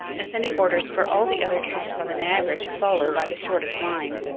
and sending orders for all the other troops on the niagara to follow by the shortest line.